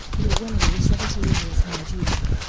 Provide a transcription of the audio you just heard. llewellyn was seventeen years her junior.